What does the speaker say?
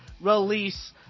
Release